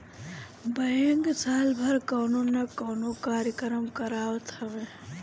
bank साल भर कवनो ना कवनो कार्यक्रम करावत हवे